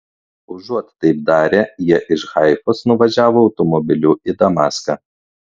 užuot taip darę jie iš haifos nuvažiavo automobiliu į damaską